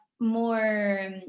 more